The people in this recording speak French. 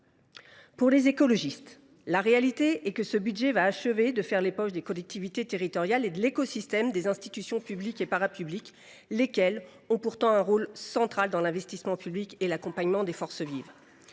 yeux des écologistes, la réalité est que ce budget va achever de faire les poches des collectivités territoriales et de l’écosystème des institutions publiques et parapubliques, lesquelles jouent pourtant un rôle central dans l’investissement public et l’accompagnement des forces vives.